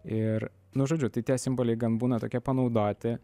ir nu žodžiu tai tie simboliai gan būna tokie panaudoti